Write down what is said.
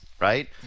right